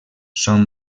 són